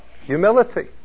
humility